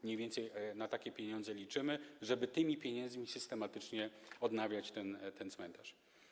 Mniej więcej na takie pieniądze liczymy, żeby z tych pieniędzy systematycznie odnawiać ten cmentarz.